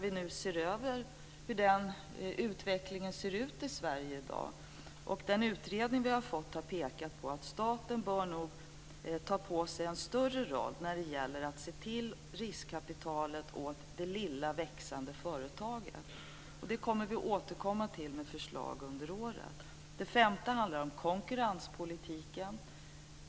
Vi tittar på hur den utvecklingen ser ut i Sverige i dag. Den utredning vi har fått har pekat på att staten nog bör ta på sig en större roll när det gäller riskkapitalet åt det lilla växande företaget. Här kommer vi att återkomma med förslag under året. Den femte punkten handlar om konkurrenspolitiken.